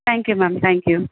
thank you ma'am thank you